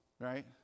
right